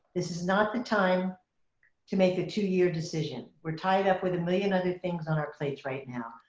this is not the time to make a two year decision. we're tied up with a million other things on our plates right now.